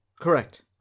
Correct